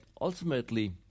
ultimately